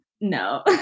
no